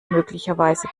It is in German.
möglicherweise